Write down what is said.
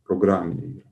programinė įranga